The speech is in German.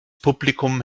publikum